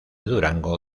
durango